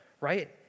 Right